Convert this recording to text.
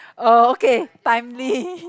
oh okay timely